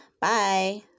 Bye